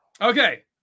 Okay